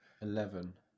Eleven